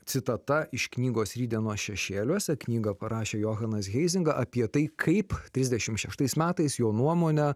citata iš knygos rytdienos šešėliuose knygą parašė johanas heizinga apie tai kaip trisdešimt šeštais metais jo nuomone